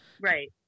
right